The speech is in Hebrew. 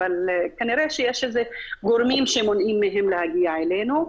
אבל כנראה שיש גורמים שמונעים מהם להגיע אלינו.